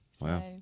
Wow